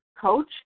coach